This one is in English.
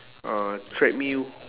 uh treadmill